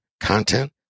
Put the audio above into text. content